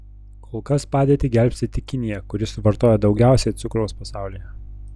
kol kas padėtį gelbsti tik kinija kuri suvartoja daugiausiai cukraus pasaulyje